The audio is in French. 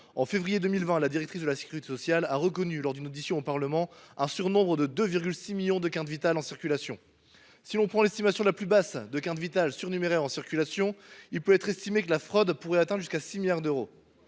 en février 2020, la directrice de la sécurité sociale a reconnu lors d’une audition au Parlement un surnombre de 2,6 millions de cartes Vitale en circulation. Si l’on prend l’estimation la plus basse de cartes Vitale surnuméraires en circulation, la fraude pourrait atteindre jusqu’à 6 milliards d’euros.